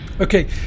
Okay